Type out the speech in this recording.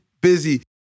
busy